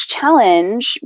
challenge